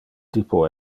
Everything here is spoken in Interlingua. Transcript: typo